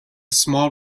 small